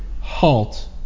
halt